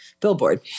Billboard